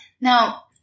Now